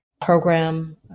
program